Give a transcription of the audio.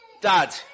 Dad